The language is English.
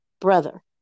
brother